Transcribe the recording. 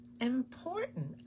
important